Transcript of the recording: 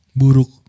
buruk